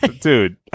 Dude